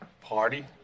Party